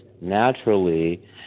naturally